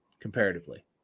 comparatively